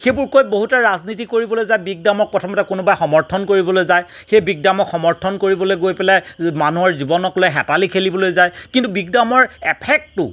সেইবোৰ কৈ বহুতে ৰাজনীতি কৰিবলৈ যায় বিগ ডামক প্ৰথমতে কোনোবাই সমৰ্থন কৰিবলৈ যায় সেই বিগ ডামক সমৰ্থন কৰিবলৈ গৈ পেলাই মানুহৰ জীৱনক লৈ হেতালি খেলিবলৈ যায় কিন্তু বিগ ডামৰ এফেক্টটো